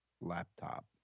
laptop